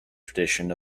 tradition